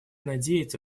надеется